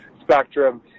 spectrum